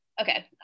okay